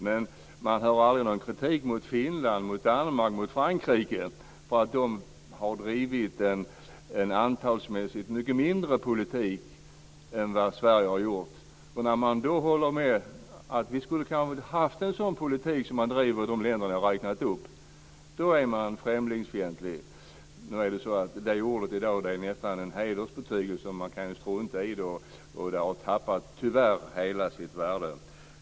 Men man hör aldrig någon kritik mot Finland, Danmark och Frankrike för att de har drivit en politik som inneburit att de tagit emot ett mycket mindre antal än Sverige. Om man då säger att vi kanske borde ha haft en sådan politik som de länder som jag räknade upp, då är man främlingsfientlig. Nu är det så att det ordet i dag nästan är en hedersbetygelse. Man kan strunta i det. Det har tyvärr tappat hela sitt värde.